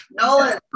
Nolan